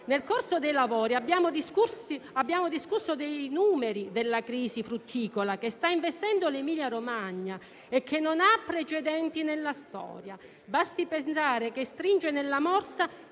Nel corso dei lavori abbiamo discusso dei numeri della crisi frutticola che sta investendo l'Emilia Romagna e che non ha precedenti nella storia. Basti pensare che stringe nella morsa